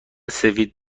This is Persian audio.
سفید